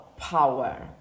power